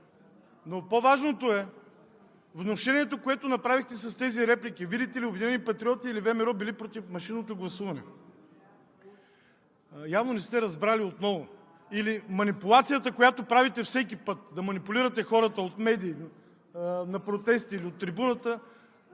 Но по-важното е внушението, което направихте с тези реплики – видите ли, „Обединени патриоти“ или ВМРО били против машинното гласуване! Явно не сте разбрали отново или манипулацията, която правите всеки път – да манипулирате хората от медии, на протести или от трибуната…